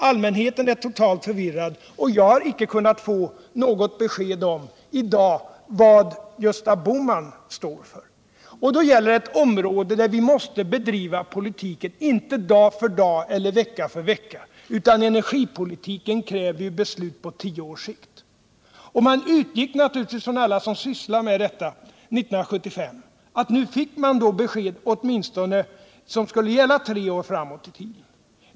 Allmänheten är totalt förvirrad. Och jag har i dag inte kunnat få något besked om vad Gösta Bohman står för. Ändå gäller det här ett område där vi måste driva politiken inte dag för dag eller vecka för vecka — energipolitiken kräver beslut på tio års sikt. Alla som år 1975 sysslade med detta utgick naturligtvis ifrån att man fick besked som skulle gälla tre år framåt i tiden.